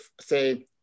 say